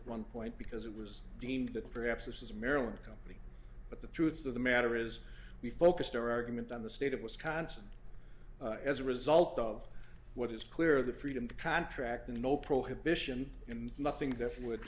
at one point because it was deemed that perhaps this was maryland company but the truth of the matter is we focused our argument on the state of wisconsin as a result of what is clear the freedom to contract and no prohibition and nothing